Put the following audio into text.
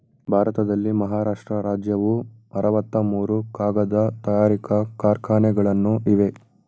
ಭಾರತದಲ್ಲಿ ಮಹಾರಾಷ್ಟ್ರ ರಾಜ್ಯವು ಅರವತ್ತ ಮೂರು ಕಾಗದ ತಯಾರಿಕಾ ಕಾರ್ಖಾನೆಗಳನ್ನು ಇವೆ